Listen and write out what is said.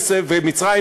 ומצרים,